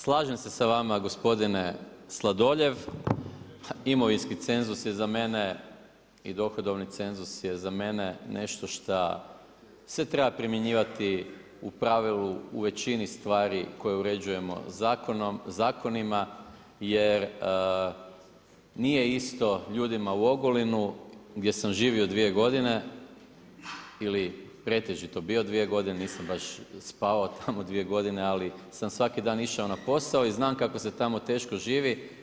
Slažem se s vama gospodine Sladoljev, imovinski cenzus je za mene i dohodovni cenzus je za mene nešto šta se treba primjenjivati u pravilu u većini stvari koje uređujemo zakonom, zakonima jer nije isto ljudima u Ogulinu gdje sam živio 2 godine, ili pretežito bio 2 godine, nisam baš spavao tamo 2 godine ali sam svaki dan išao na posao i znam kako se tamo teško živi.